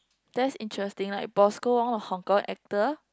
that's interesting like Bosco-Wong a Hong-Kong actor